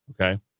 Okay